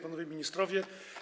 Panowie Ministrowie!